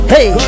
Hey